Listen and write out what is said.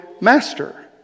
master